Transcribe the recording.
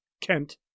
Kent